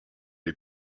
les